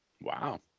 Wow